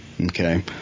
okay